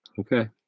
Okay